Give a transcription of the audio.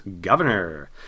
Governor